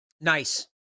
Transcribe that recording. nice